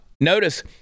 Notice